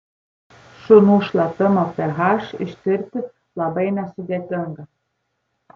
šunų šlapimo ph ištirti labai nesudėtinga